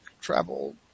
travel